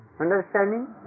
Understanding